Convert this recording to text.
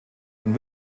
von